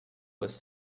was